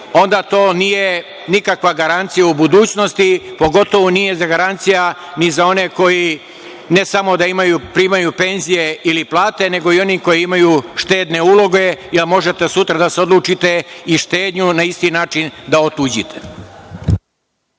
onda to nije nikakva garancija u budućnosti, pogotovo nije garancija za one koji ne samo da primaju penzije ili plate, nego i onih koji imaju štedne uloge, jer možete sutra da se odlučite i štednju na isti način da otuđite.